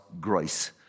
grace